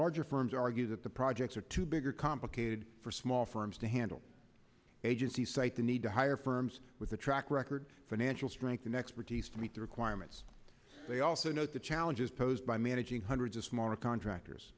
larger firms argue that the projects are too big or complicated for small firms to handle agencies cite the need to hire firms with a track record financial strength and expertise to meet the requirements they also note the challenges posed by managing hundreds of smaller contractors